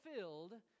fulfilled